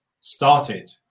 started